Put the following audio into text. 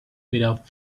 without